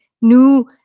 new